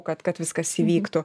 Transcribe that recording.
kad kad viskas įvyktų